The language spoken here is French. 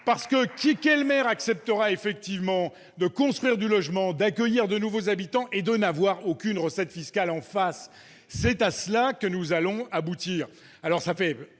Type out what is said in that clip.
plus ! Quel maire acceptera de construire du logement, d'accueillir de nouveaux habitants et de n'avoir aucune recette fiscale en retour ? C'est à cela que nous allons aboutir.